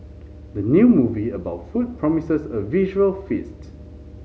the new movie about food promises a visual feast